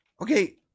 okay